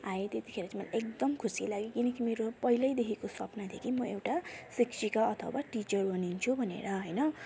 आएँ त्यतिखेर चाहिँ म एकदम खुसी लाग्यो किन कि मेरो पहिल्यैदेखिको सपना थियो कि म एउटा शिक्षिका अथवा टिचर बनिन्छु भनेर होइन